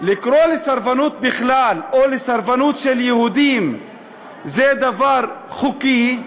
לקרוא לסרבנות בכלל או לסרבנות של יהודים זה דבר חוקי,